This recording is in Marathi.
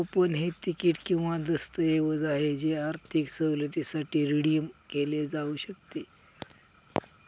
कूपन हे तिकीट किंवा दस्तऐवज आहे जे आर्थिक सवलतीसाठी रिडीम केले जाऊ शकते